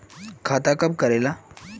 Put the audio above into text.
खाता कब करेला?